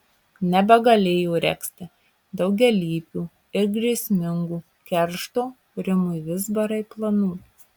nebegalėjo regzti daugialypių ir grėsmingų keršto rimui vizbarai planų